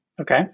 Okay